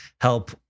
help